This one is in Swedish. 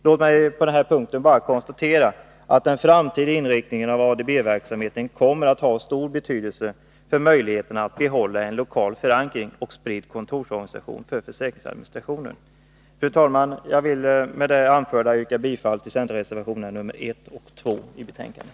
Låt mig på denna punkt bara konstatera, att Nr 152 den framtida inriktningen av ADB-verksamheten kommer att ha stor Fredagen den betydelse för möjligheterna att behålla en lokal förankring och spridd 20 maj 1983 kontorsorganisation för försäkringsadministrationen. Herr talman! Jag vill med det anförda yrka bifall till centerreservationerna A rbetsfördel